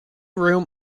room